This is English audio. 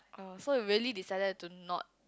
oh so you really decided to not